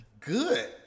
good